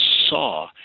saw